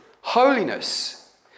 holiness